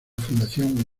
fundación